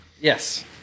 Yes